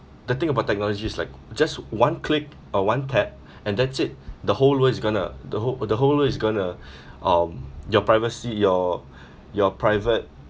the thing about technologies is like just one click uh one tap and that's it the whole world is going to the whole the whole world is going to um your privacy your your private